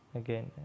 again